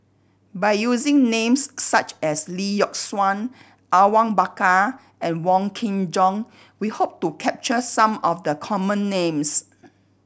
by using names such as Lee Yock Suan Awang Bakar and Wong Kin Jong we hope to capture some of the common names